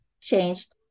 changed